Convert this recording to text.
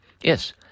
Yes